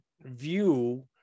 view